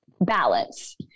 balance